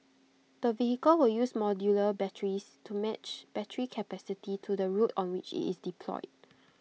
the vehicle will use modular batteries to match battery capacity to the route on which IT is deployed